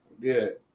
Good